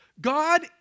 God